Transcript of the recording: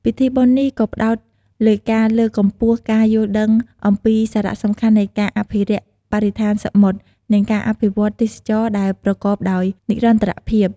ពិធីបុណ្យនេះក៏ផ្តោតលើការលើកកម្ពស់ការយល់ដឹងអំពីសារៈសំខាន់នៃការអភិរក្សបរិស្ថានសមុទ្រ និងការអភិវឌ្ឍន៍ទេសចរណ៍ដែលប្រកបដោយនិរន្តរភាព។